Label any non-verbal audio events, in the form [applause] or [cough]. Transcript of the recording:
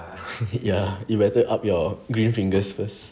[laughs] ya you better up your green fingers first